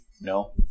No